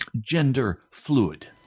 gender-fluid